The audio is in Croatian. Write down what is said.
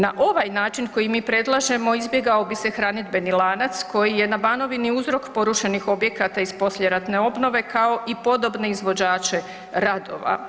Na ovaj način koji mi predlažemo izbjegao bi se hranidbeni lanac koji je na Banovini uzrok porušenih objekata iz poslijeratne obnove kao i podobne izvođače radova.